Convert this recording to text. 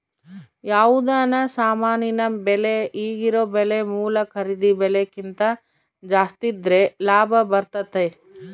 ಯಾವುದನ ಸಾಮಾನಿನ ಬೆಲೆ ಈಗಿರೊ ಬೆಲೆ ಮೂಲ ಖರೀದಿ ಬೆಲೆಕಿಂತ ಜಾಸ್ತಿದ್ರೆ ಲಾಭ ಬರ್ತತತೆ